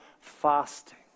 fasting